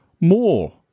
more